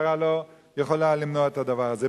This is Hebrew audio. והמשטרה לא יכולה למנוע את הדבר הזה.